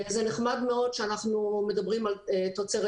זה נחמד מאוד שאנחנו מדברים על תוצרת